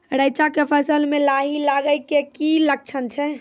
रैचा के फसल मे लाही लगे के की लक्छण छै?